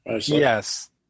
Yes